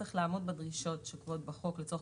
צריך לעמוד בדרישות שקבועות בחוק לצורך